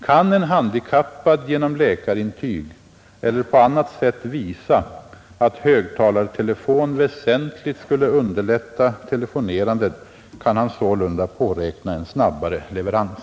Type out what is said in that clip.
Kan en handikappad genom läkarintyg eller på annat sätt visa att högtalartelefon väsentligt skulle underlätta telefonerandet, kan han sålunda påräkna en snabbare leverans.